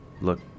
look